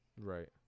right